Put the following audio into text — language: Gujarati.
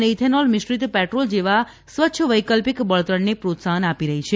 અને ઇથેનોલ મિશ્રિત પેટ્રોલ જેવા સ્વચ્છ વૈકલ્પિક બળતણને પ્રોત્સાહન આપી રહી છે